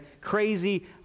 crazy